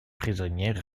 prisonniers